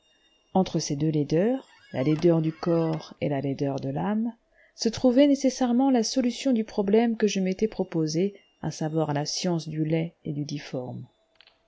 entre ces deux laideurs la laideur du corps et la laideur de l'âme se trouvait nécessairement la solution du problème que je m'étais proposé à savoir la science du laid et